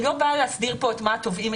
אני לא באה להסדיר כאן את מה תובעים.